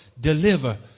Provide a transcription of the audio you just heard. deliver